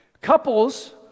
Couples